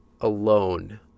alone